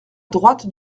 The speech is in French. droite